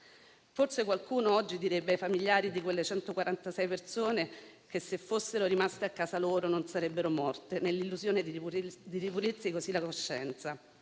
Forse qualcuno oggi direbbe ai familiari di quelle 146 persone che, se fossero rimaste a casa loro, non sarebbero morte, nell'illusione di ripulirsi così la coscienza.